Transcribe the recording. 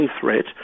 threat